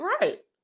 right